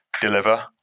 deliver